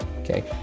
Okay